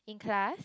in class